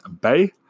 Bay